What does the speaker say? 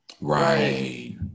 Right